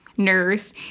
nurse